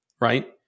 right